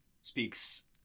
speaks